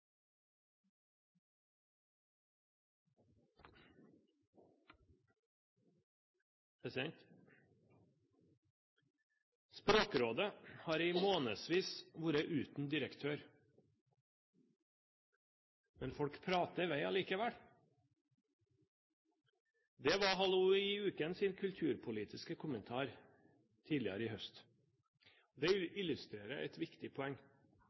Språkrådet har i månedsvis vært uten direktør, men folk prater i vei allikevel. Det var Hallo i ukens kulturpolitiske kommentar tidligere i høst. Det illustrerer et viktig poeng.